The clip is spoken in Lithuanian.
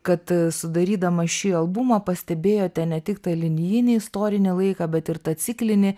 kad sudarydama šį albumą pastebėjote ne tik tą linijinį istorinį laiką bet ir tą ciklinį